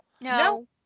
No